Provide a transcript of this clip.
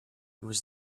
was